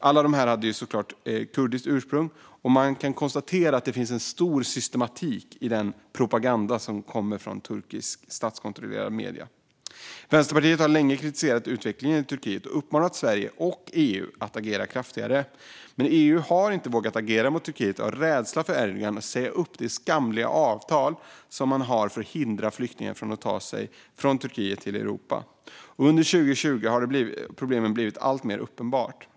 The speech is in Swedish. Alla dessa hade såklart kurdiskt ursprung. Man kan konstatera att det finns en stor systematik i den propaganda som kommer från turkiska statskontrollerade medier. Vänsterpartiet har länge kritiserat utvecklingen i Turkiet och uppmanat Sverige och EU att agera kraftigare, men EU har inte vågat agera mot Turkiet av rädsla för att Erdogan ska säga upp det skamliga avtal som finns för att hindra flyktingar från att ta sig från Turkiet till Europa. Under 2020 har problemen blivit alltmer uppenbara.